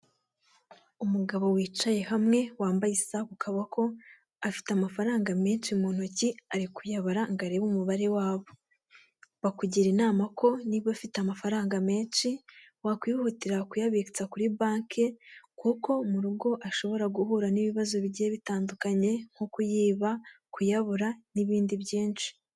Umugabo wicaye hamwe wambaye isaha kukaboko, afite amafaranga menshi mu ntoki arikuyabara ngo arebe umubare wayo. Bakugira inama ko niba ufite amafaranga menshi wakwihutira kuyabitsa kuri banki, kuko mu rugo ashobora guhura n'ibibazo bigiye bitandukanye nko kuyiba, kuyabura, n'ibindi byinshi.